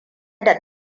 da